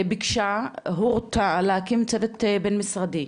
ביקשה, הורתה להקים צוות בין משרדי,